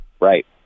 right